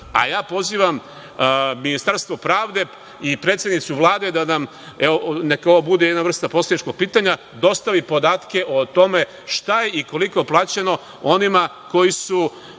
laž. Pozivam Ministarstvo pravde i predsednicu Vlade da nam, neka ovo bude jedna vrsta poslaničkog pitanja, dostavi podatke o tome šta je i koliko plaćeno onima koji su